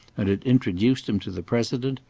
and had introduced him to the president,